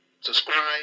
subscribe